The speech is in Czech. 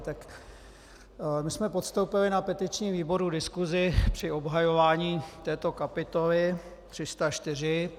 My jsme podstoupili na petičním výboru diskusi při obhajování této kapitoly 304.